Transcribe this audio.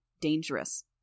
dangerous